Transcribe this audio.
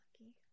Lucky